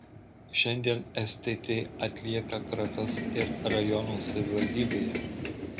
šiandien stt atlieka kratas ir rajono savivaldybėje